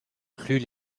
plus